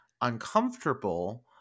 uncomfortable